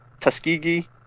Tuskegee